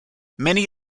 many